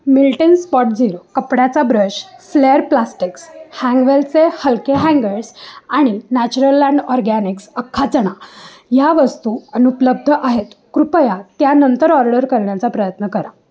Milton spot zero कपड्याचा brush Flair plastics हँगवेलचे हलके हँगर्स आणि नॅचरलँड ऑर्गॅनिक्स अख्खा चणा ह्या वस्तू अनुपलब्ध आहेत कृपया त्यानंतर ऑर्डर करण्याचा प्रयत्न करा